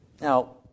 Now